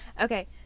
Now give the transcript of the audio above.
okay